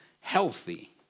healthy